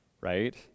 right